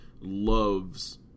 loves